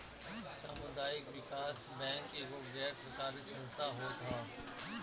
सामुदायिक विकास बैंक एगो गैर सरकारी संस्था होत हअ